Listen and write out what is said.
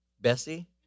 Bessie